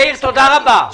מאיר, תודה רבה.